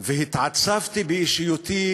והתעצבתי באישיותי